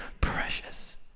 precious